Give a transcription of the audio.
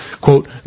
Quote